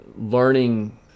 learning